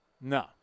No